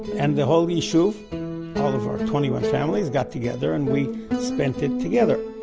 and the whole yishuv, all of our twenty-one families, got together and we spent it together.